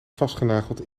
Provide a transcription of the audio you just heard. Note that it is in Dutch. vastgenageld